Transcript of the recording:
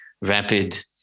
rapid